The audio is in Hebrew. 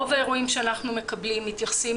רוב האירועים שאנחנו מקבלים מתייחסים